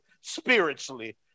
spiritually